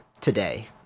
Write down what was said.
today